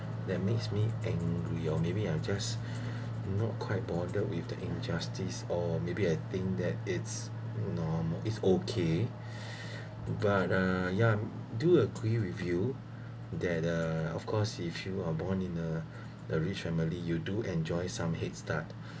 that makes me angry or maybe I'm just not quite border with the injustice or maybe I think that it's normal is okay but uh yeah do agree with you there the of course if you are born in a rich family you do enjoy some headstart